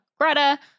Greta